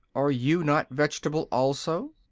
are you not vegetable, also?